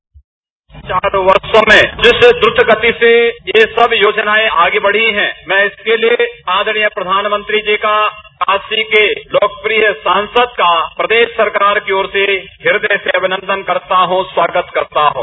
इन चार वर्षो में जिस गति से यह सब योजनाएं आगे बढ़ी है मैं इसके लिए आदरणीय प्रधानमंत्री जी का काशी के लोकप्रिय सांसद का प्रदेश सरकार की ओर से हृदय से अभिनन्दन स्वागत करता हूं